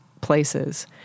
places